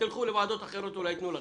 אולי בוועדת אחרות יאפשרו לכם.